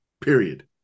Period